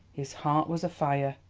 his heart was a-fire.